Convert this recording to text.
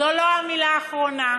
זו לא המילה האחרונה,